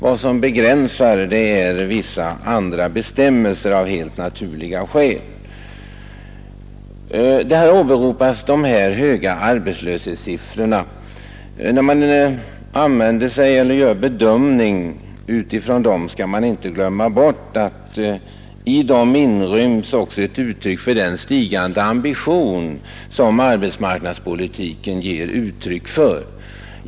Vad som begränsar är av helt naturliga skäl vissa andra bestämmelser. Här åberopas de höga arbetslöshetssiffrorna. När man gör en bedömning utifrån detta skall man inte glömma bort att i dem inryms också ett uttryck för den stigande ambition som vi har när det gäller arbetsmarknadspolitiken.